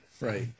right